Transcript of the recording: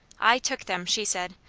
i took them, she said.